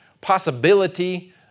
possibility